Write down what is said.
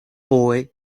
boy